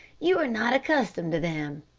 you are not accustomed to them.